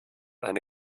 eine